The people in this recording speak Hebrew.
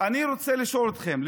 אני רוצה לשאול אתכם,